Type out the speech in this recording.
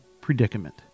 predicament